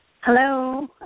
Hello